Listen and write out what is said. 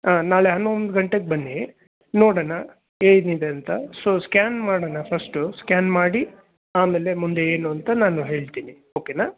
ನಾಳೆ ಹನ್ನೊಂದು ಗಂಟೆಗೆ ಬನ್ನಿ ನೋಡಣ ಹೇಗಿದೆ ಅಂತ ಸೊ ಸ್ಕ್ಯಾನ್ ಮಾಡೋಣ ಫಸ್ಟು ಸ್ಕ್ಯಾನ್ ಮಾಡಿ ಆಮೇಲೆ ಮುಂದೆ ಏನು ಅಂತ ನಾನು ಹೇಳ್ತಿನಿ ಓಕೆನಾ